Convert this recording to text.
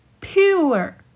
Pure